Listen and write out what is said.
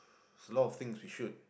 it's a lot of things we should